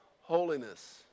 holiness